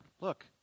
look